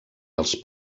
els